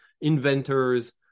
inventors